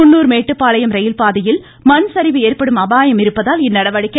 குன்னூர் மேட்டுப்பாளையம் ரயில்பாதையில் மண்சரிவு ஏற்படும் அபாயம் இருப்பதால் இந்நடவடிக்கை